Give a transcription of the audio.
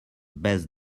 best